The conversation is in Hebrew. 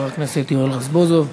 חבר הכנסת יואל רזבוזוב.